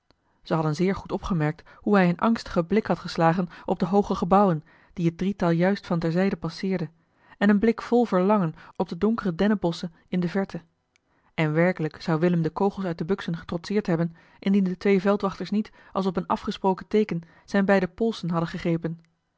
ze hadden zeer goed opgemerkt hoe hij een angstigen blik had geslagen op de hooge gebouwen die het drietal juist van ter zijde passeerde en een blik vol verlangen op de donkere dennenbosschen in de verte en werkelijk zou willem de kogels uit de buksen getrotseerd hebben indien de twee veldwachters niet als op een afgesproken teeken zijne beide polsen hadden gegrepen